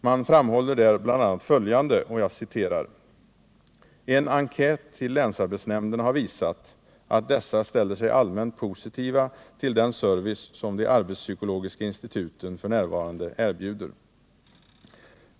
Man framhåller där bl.a. följande: ”En enkät till länsarbetsnämnderna har visat att dessa ställer sig allmänt positiva till den service som de arbetspsykologiska instituten för närvarande erbjuder.